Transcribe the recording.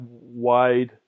wide